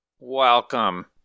Welcome